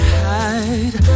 hide